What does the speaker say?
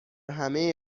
همه